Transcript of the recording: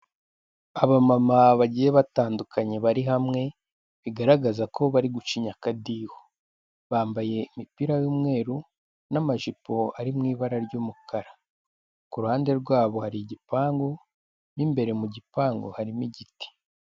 Aba mama bagiye batandukanye bari hamwe bigaragaza ko bari gucinya akadiho, bambaye imipira y'umweru n'amajipo ari mu ibara ry'umukara, ku ruhande rwabo hari igipangu n'imbere mu gipangu harimo igiti.